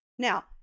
Now